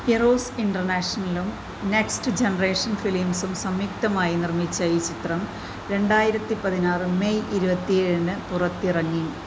ഇറോസ് ഇൻ്റർനാഷണലും next generation ഫിലിംസും സംയുക്തമായി നിർമ്മിച്ച ഈ ചിത്രം രണ്ടായിരത്തി പതിനാറ് മെയ് ഇരുപത്തി ഏഴിന് പുറത്തിറങ്ങി